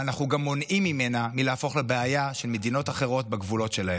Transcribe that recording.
אבל אנחנו גם מונעים ממנה מלהפוך לבעיה של מדינות אחרות בגבולות שלהן.